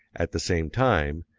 at the same time,